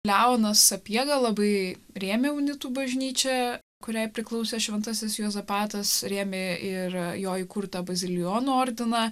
leonas sapiega labai rėmė unitų bažnyčią kuriai priklausė šventasis juozapatas rėmė ir jo įkurtą bazilijonų ordiną